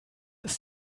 ist